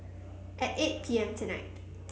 at eight P M tonight